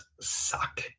suck